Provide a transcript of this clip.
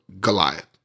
Goliath